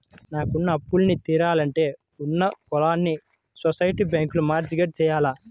నాకున్న అప్పులన్నీ తీరాలంటే ఉన్న పొలాల్ని సొసైటీ బ్యాంకులో మార్ట్ గేజ్ జెయ్యాల